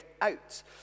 out